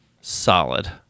solid